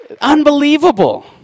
Unbelievable